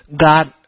God